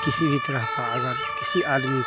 किसी भी तरह का अगर किसी आदमी को